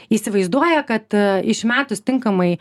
įsivaizduoja kad išmetus tinkamai